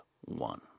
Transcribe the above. One